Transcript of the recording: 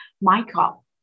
Michael